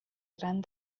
gran